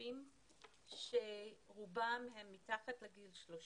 משתתפים שרובם הם מתחת לגיל 30,